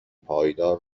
پایدار